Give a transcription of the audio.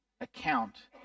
account